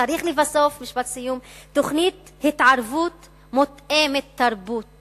צריך תוכנית התערבות מותאמת-תרבות